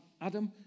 Adam